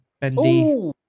bendy